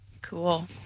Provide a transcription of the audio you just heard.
Cool